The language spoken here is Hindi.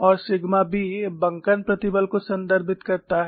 और सिग्मा b बंकन प्रतिबल को संदर्भित करता है